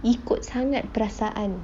ikut sangat perasaan